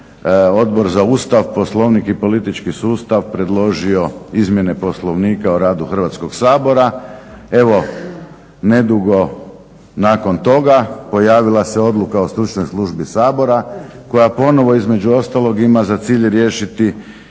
Odbor za Ustav, Poslovnik i politički sustav predložio izmjene Poslovnika o radu Hrvatskog sabora. Evo nedugo nakon toga pojavila se odluka o stručnoj službi Sabora koja ponovo između ostalo ima za cilj riješiti